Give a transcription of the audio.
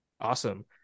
Awesome